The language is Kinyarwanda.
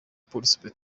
police